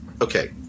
Okay